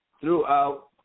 throughout